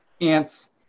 ants